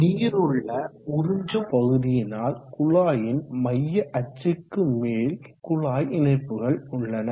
நீர் உள்ள உறிஞ்சும் பகுதியினால் குழாயின் மைய அச்சுக்கு மேல் குழாய் இணைப்புகள் உள்ளன